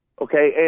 okay